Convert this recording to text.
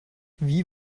wie